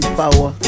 power